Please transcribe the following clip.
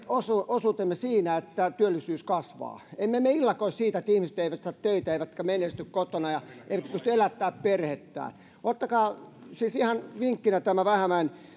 osuutemme siinä että työllisyys kasvaa emme me ilakoi siitä että ihmiset eivät saa töitä eivätkä menesty kotona eivätkä pysty elättämään perhettään ottakaa siis ihan vinkkinä tämä vähämäen